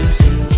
see